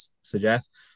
suggest